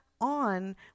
on